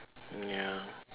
mm ya